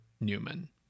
Newman